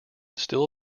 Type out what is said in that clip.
still